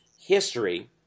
history